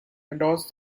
endorse